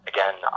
Again